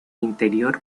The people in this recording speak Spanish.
interior